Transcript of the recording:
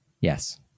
Yes